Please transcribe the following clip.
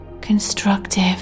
constructive